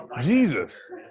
Jesus